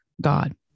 God